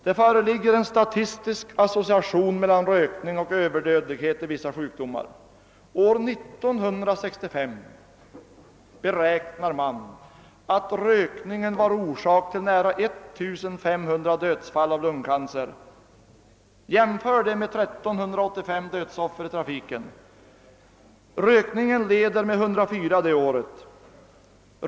Det föreligger ett statistiskt samband mellan rökning och överdödlighet i vissa sjukdomar. Man beräknar att rökningen år 1965 var orsak till nära 1500 dödsfall av lungcancer. Jämför detta med 1 385 dödsoffer i trafiken under samma tid! Rökningen leder alltså detta år med 104 dödsfall.